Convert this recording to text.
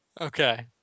Okay